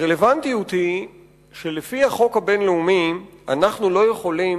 הרלוונטיות היא שלפי החוק הבין-לאומי אנחנו לא יכולים